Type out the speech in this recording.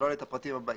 "תכלול את הפרטים הבאים: